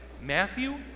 Matthew